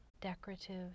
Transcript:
decorative